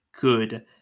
good